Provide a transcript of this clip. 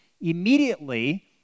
immediately